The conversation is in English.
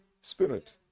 spirit